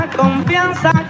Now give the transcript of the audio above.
confianza